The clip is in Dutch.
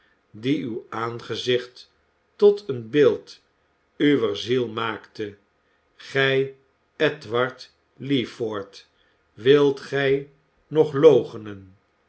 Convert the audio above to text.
die uw aangezicht tot een beeld uwer ziel maakte gij edward leeford wilt gij nog